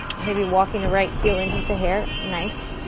maybe walking the right heel in just a hair. nice.